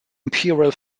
imperial